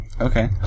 Okay